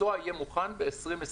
והמסוע יהיה מוכן ב-2022,